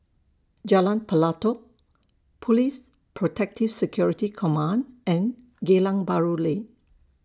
Jalan Pelatok Police Protective Security Command and Geylang Bahru Lane